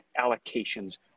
allocations